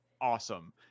awesome